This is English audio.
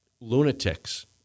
lunatics